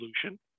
solution